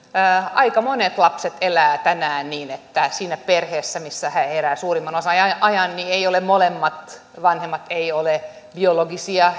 aika monet lapset elävät tänään niin että siinä perheessä missä he elävät suurimman osan ajasta molemmat vanhemmat eivät ole biologisia